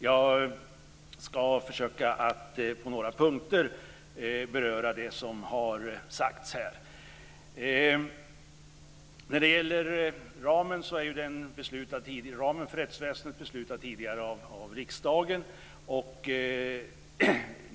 Jag skall försöka att på några punkter beröra det som har sagts här. Ramen för rättsväsendet är beslutad tidigare av riksdagen.